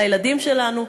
על הילדים שלנו,